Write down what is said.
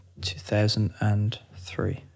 2003